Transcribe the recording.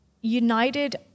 united